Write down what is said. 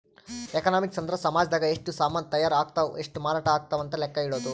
economics ಅಂದ್ರ ಸಾಮಜದಾಗ ಎಷ್ಟ ಸಾಮನ್ ತಾಯರ್ ಅಗ್ತವ್ ಎಷ್ಟ ಮಾರಾಟ ಅಗ್ತವ್ ಅಂತ ಲೆಕ್ಕ ಇಡೊದು